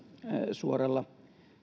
suoralla